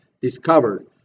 discovered